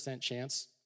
chance